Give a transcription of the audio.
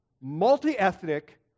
multi-ethnic